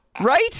Right